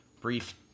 brief